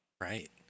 right